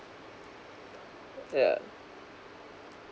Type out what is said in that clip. yeah